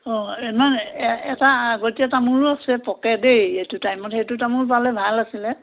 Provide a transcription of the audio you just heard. অঁ এটা আগতীয়া তামোলো আছে পকে দেই এইটো টাইমত সেইটো তামোল পালে ভাল আছিলে